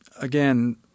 again